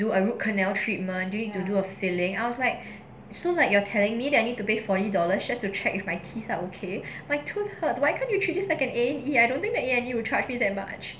do a root canal treatment you need to do a filling I was like so like you are telling me that I need to pay forty dollars just to check with my teeth's are okay my tooth hurts why can't you just treat like an A E I don't think that A&E will change me that much